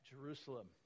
Jerusalem